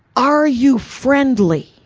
are you friendly?